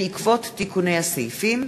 בעקבות תיקוני הסעיפים,